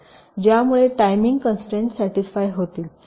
ज्यामुळे timing constraint satisfy होईल